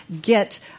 get